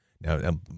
Now